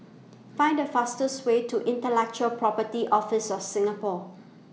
Find The fastest Way to Intellectual Property Office of Singapore